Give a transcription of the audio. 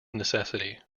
necessity